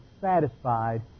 satisfied